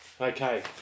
Okay